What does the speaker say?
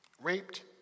raped